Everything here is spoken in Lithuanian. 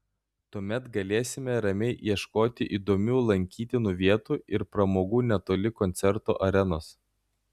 tuomet galėsime ramiai ieškoti įdomių lankytinų vietų ir pramogų netoli koncerto arenos